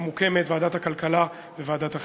המוקמת, לוועדת הכלכלה וועדת החינוך.